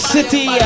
City